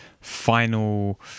final